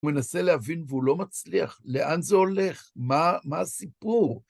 הוא מנסה להבין והוא לא מצליח. לאן זה הולך? מה הסיפור?